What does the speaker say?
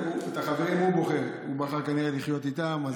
את החברים הוא בוחר, הוא בחר כנראה לחיות איתם.